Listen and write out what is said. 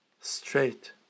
straight